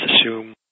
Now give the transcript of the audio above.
assume